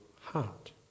heart